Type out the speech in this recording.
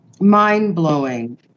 mind-blowing